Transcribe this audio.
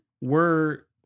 were-